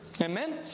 Amen